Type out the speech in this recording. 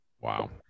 Wow